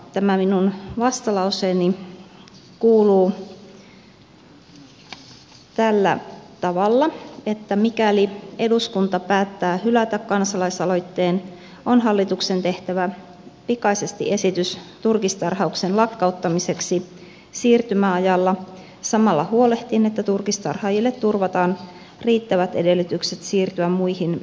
tämä minun vastalauseeni kuuluu tällä tavalla että mikäli eduskunta päättää hylätä kansalaisaloitteen on hallituksen tehtävä pikaisesti esitys turkistarhauksen lakkauttamiseksi siirtymäajalla samalla huolehtien että turkistarhaajille turvataan riittävät edellytykset siirtyä muihin elinkeinoihin